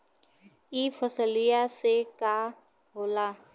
ई फसलिया से का होला?